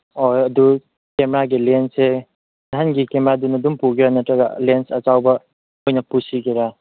ꯑꯣ ꯑꯗꯨ ꯀꯦꯃꯦꯔꯥꯒꯤ ꯂꯦꯟꯁꯁꯦ ꯅꯍꯥꯟꯒꯤ ꯀꯦꯃꯦꯔꯥꯗꯨꯅ ꯑꯗꯨꯝ ꯄꯨꯒꯦꯔꯥ ꯂꯦꯟꯁ ꯑꯆꯥꯎꯕ ꯑꯣꯏꯅ ꯄꯨꯁꯤꯒꯦꯔꯥ